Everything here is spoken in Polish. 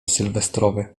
sylwestrowy